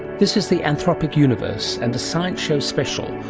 this is the anthropic universe and a science show special,